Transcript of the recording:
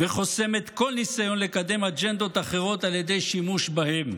וחוסמת כל ניסיון לקדם אג'נדות אחרות על ידי שימוש בהם,